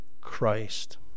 Christ